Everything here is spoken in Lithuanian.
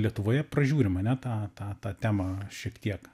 lietuvoje pražiūrim ane tą tą tą temą šiek tiek